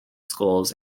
schools